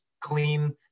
clean